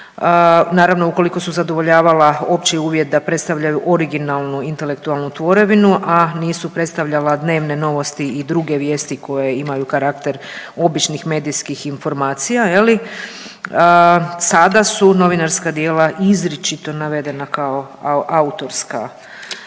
naravno ukoliko su zadovoljavala opći uvjet da predstavljaju originalnu intelektualnu tvorevinu a nisu predstavljala dnevne novosti i druge vijesti koje imaju karakter običnih medijskih informacija je li, sada su novinarska djela izričito navedena kao autorska